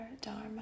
dharma